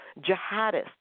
jihadists